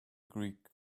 greek